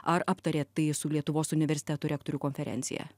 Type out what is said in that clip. ar aptarėt tai su lietuvos universitetų rektorių konferencija